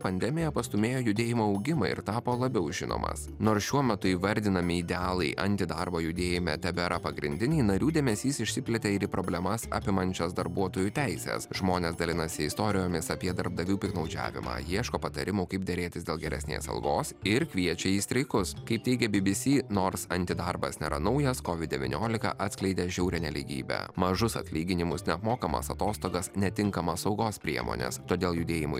pandemija pastūmėjo judėjimo augimą ir tapo labiau žinomas nors šiuo metu įvardinami idealai antidarbo judėjime tebėra pagrindiniai narių dėmesys išsiplėtė ir į problemas apimančias darbuotojų teises žmonės dalinasi istorijomis apie darbdavių piktnaudžiavimą ieško patarimų kaip derėtis dėl geresnės algos ir kviečia į streikus kaip teigia bbc nors antidarbas nėra naujas covid devyniolika atskleidė žiaurią nelygybę mažus atlyginimus neapmokamas atostogas netinkamas saugos priemones todėl judėjimo